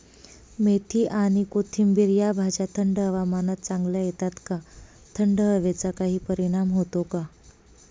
मेथी आणि कोथिंबिर या भाज्या थंड हवामानात चांगल्या येतात का? थंड हवेचा काही परिणाम होतो का?